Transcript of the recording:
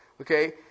okay